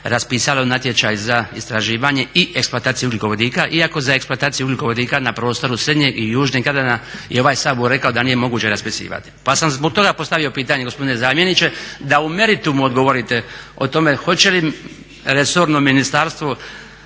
raspisalo natječaj za istraživanje i eksploataciju ugljikovodika iako za eksploataciju ugljikovodika na prostoru srednjeg i južnog Jadrana je ovaj Sabor rekao da nije moguće raspisivati. Pa sam zbog toga postavio pitanje gospodine zamjeniče da u meritumu odgovorite o tome hoće li resorno Ministarstvo